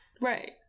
Right